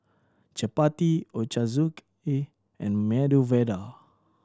Chapati Ochazuke and Medu Vada